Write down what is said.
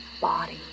body